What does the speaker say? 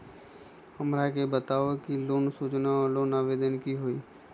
हमरा के बताव कि लोन सूचना और लोन आवेदन की होई?